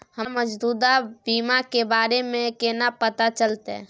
हमरा मौजूदा बीमा के बारे में केना पता चलते?